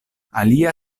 alia